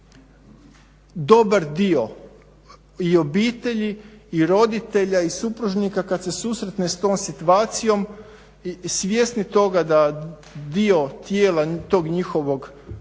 dobar dio i obitelji i roditelja i supružnika kad se susretne s tom situacijom svjesni toga da dio tijela tog njihovog